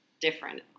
Different